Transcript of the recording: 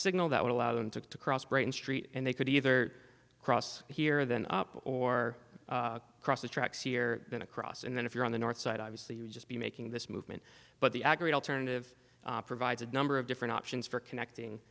signal that would allow them to cross brighton street and they could either cross here then up or cross the tracks here going across and then if you're on the north side obviously you would just be making this movement but the aggregate alternative provides a number of different options for connecting